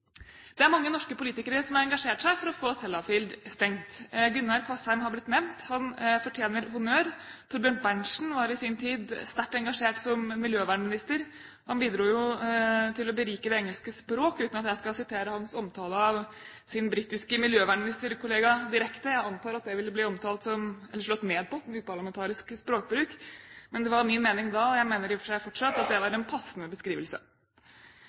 Det er mange norske politikere som har engasjert seg for å få Sellafield stengt. Gunnar Kvassheim har blitt nevnt – han fortjener honnør. Thorbjørn Berntsen var i sin tid sterkt engasjert som miljøvernminister. Han bidro jo til å berike det engelske språk, uten at jeg skal sitere hans omtale av sin britiske miljøvernministerkollega direkte. Jeg antar at det ville blitt slått ned på som uparlamentarisk språkbruk. Men det var min mening da – og jeg mener det i og for seg fortsatt – at det var en passende beskrivelse.